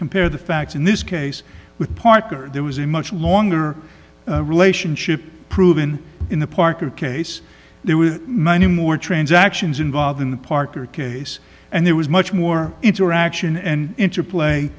compare the facts in this case with parker there was a much longer relationship proven in the parker case there were many more transactions involved in the parker case and there was much more interaction and interplay